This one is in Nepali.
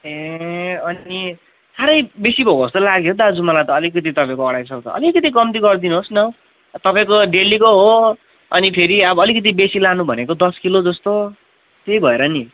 ए अनि साह्रै बेसी पो भएको जस्तो लाग्यो हौ दाजु मलाई त अलिकति तपाईँको अढाई सय अलिकिति कम्ती गरिदिनुहोस् न हौ तपाईँको डेलीको हो अनि फेरि अब अलिकति बेसी लानु भनेको दस किलो जस्तो त्यही भएर नि